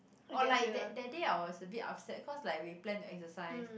or like that that day I was a bit upset cause like we plan to exercise